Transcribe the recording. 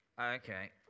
Okay